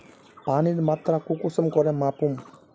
पानीर मात्रा कुंसम करे मापुम?